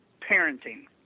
parenting